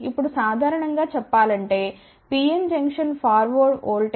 ఇప్పుడు సాధారణం గా చెప్పాలంటే PN జంక్షన్ ఫార్వర్డ్ ఓల్టేజ్ దాదాపు గా 0